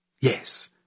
Yes